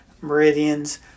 meridians